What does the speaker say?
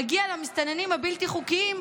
מגיע למסתננים הבלתי-חוקיים,